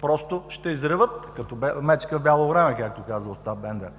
просто ще изреват като „мечка в бяло време“, както казал Остап Бендер.